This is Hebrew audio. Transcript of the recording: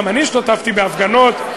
גם אני השתתפתי בהפגנות,